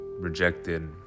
rejected